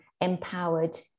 empowered